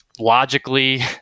Logically